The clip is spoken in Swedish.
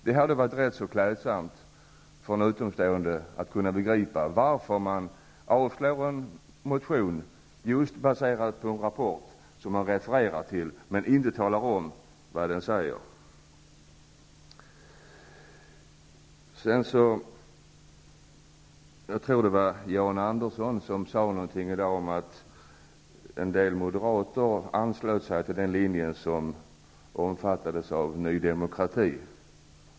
Det hade varit rätt så klädsamt om en utomstående hade begripit varför utskottet avstyrker en motion med stöd av en rapport som man inte talar om vad det står i. Jag tror att det var Jan Andersson som sade någonting om att en del moderater anslöt sig till den linje som omfattades av Ny demokrati.